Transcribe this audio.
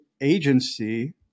agency